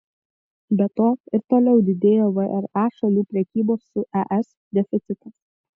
be to ir toliau didėjo vre šalių prekybos su es deficitas